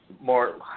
more